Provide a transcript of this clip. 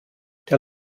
der